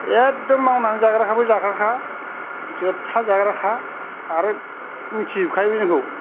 एखदम मावनानै जाग्राफ्राबो जाग्राखा जोबथा जाग्राखा आरो मिथिजोबखायोबो जोंखौ